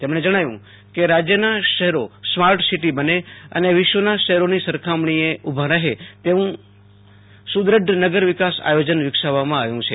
તેમણે જણાવ્યું કે રાજ્યના શહેરો સ્માર્ટ સિટી બને અને વિશ્વના શહેરોની સરખામણીએ ઉભાં રહે તેવું સુદ્રઢ નગર વિકાસ આયોજન વિકસાવામાં આવ્યું છે